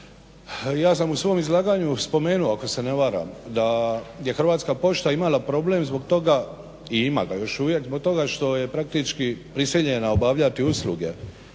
ja sam u svom izlaganju spomenuo ako se ne varam da je Hrvatska pošta imala problem zbog toga, i ima ga još uvijek, zbog toga što je praktički prisiljena obavljati usluge